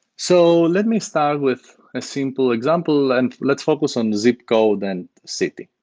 so let me start with a simple example, and let's focus on zip code and city.